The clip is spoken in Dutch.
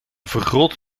vergroot